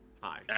hi